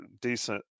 decent